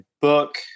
book